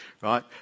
right